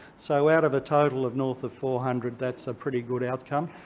so, out of a total of north of four hundred, that's a pretty good outcome.